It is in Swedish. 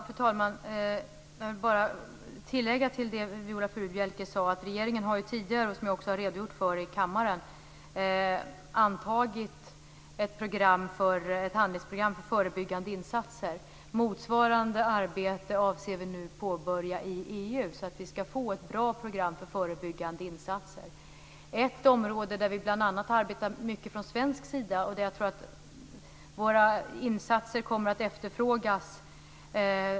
Fru talman! Jag vill bara tillägga till det Viola Furubjelke sade att regeringen tidigare, vilket jag också har redogjort för i kammaren, har antagit ett handlingsprogram för förebyggande insatser. Vi avser nu påbörja motsvarande arbete i EU, så att vi skall få ett bra program för förebyggande insatser. Ett område där vi arbetar mycket från svensk sida är t.ex. försoningsfrågor.